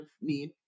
need